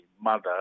mother